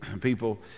People